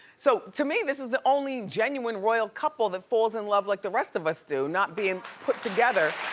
so to me, this is the only genuine royal couple that falls in love like the rest of us do, not being put together,